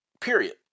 period